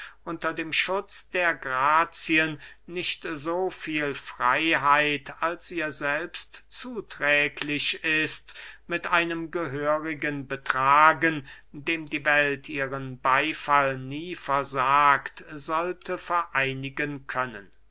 unter dem schutz der grazien nicht so viel freyheit als ihr selbst zuträglich ist mit einem gehörigen betragen dem die welt ihren beyfall nie versagt sollte vereinigen können